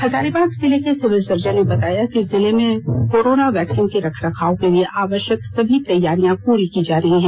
हजारीबाग जिले के civil surgeon ने बताया कि जिले में कोरोना वैक्सिन के रखरखाव के लिए आवश्यक सभी तैयारी पूरी की जा रही है